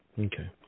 Okay